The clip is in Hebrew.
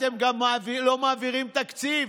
אתם גם לא מעבירים תקציב.